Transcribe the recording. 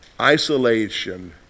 Isolation